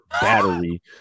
battery